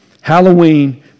Halloween